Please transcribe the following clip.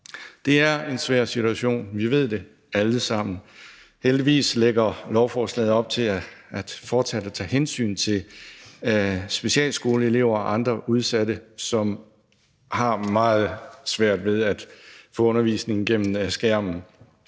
Det er en svær situation. Vi ved det alle sammen. Heldigvis lægger lovforslaget op til fortsat at tage hensyn til specialskoleelever og andre udsatte, som har det meget svært med at få undervisning gennem skærmen.